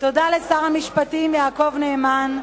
תודה לשר המשפטים יעקב נאמן,